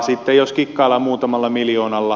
sitten jos kikkaillaan muutamalla miljoonalla